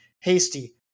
Hasty